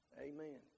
Amen